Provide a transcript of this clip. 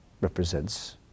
represents